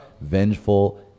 vengeful